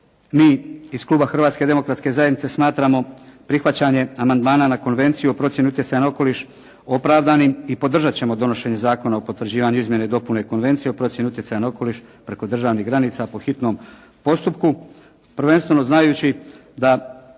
mi iz kluba Hrvatske demokratske zajednice smatramo prihvaćanje amandmana na Konvenciju o procjeni utjecaja na okoliš opravdanim i podržati ćemo donošenje Zakona o potvrđivanju izmjene i dopune Konvencije o procjeni utjecaja na okoliš preko državnih granica po hitnom postupku prvenstveno znajući da